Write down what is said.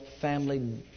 family